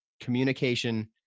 communication